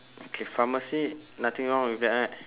okay pharmacy nothing wrong with that right